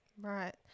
Right